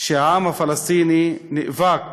שהעם הפלסטיני נאבק